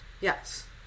Yes